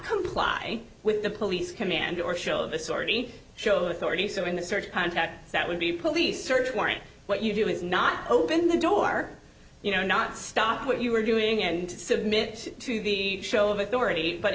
comply with the police command or show this or any show with already so in the search contact that would be a police search warrant what you do is not open the door you know not stop what you are doing and submit to the show of authority but